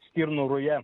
stirnų ruja